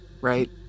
right